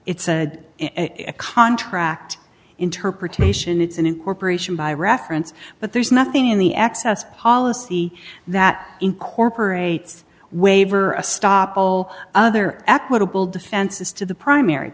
it said a contract interpretation it's an incorporation by reference but there's nothing in the access policy that incorporates waiver or a stop all other equitable defenses to the primary